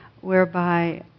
whereby